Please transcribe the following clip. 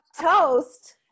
Toast